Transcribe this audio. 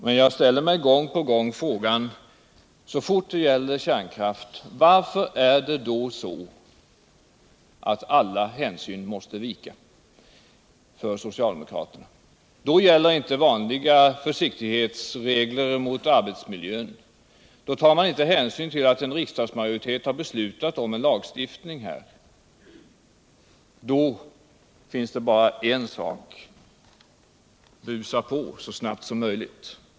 Men jag ställer mig gång på gång frågan: Varför är det så att alla hänsyn måste vika för socialdemokraterna så fort det gäller kärnkraft? Då gäller inte vanliga försiktighetsregler gentemot arbetsmiljön. Då tar man inte hänsyn till att en riksdagsmajoritet har beslutat om en lagstiftning. Då finns det bara en sak att göra: Rusa på så snabbt som möjligt.